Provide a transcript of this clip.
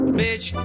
bitch